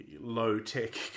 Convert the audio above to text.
low-tech